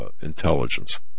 intelligence